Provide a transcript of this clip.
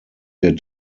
der